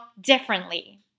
differently